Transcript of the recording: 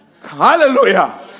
hallelujah